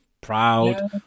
proud